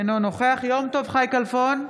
אינו נוכח יום טוב חי כלפון,